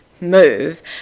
move